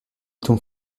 tombe